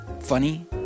funny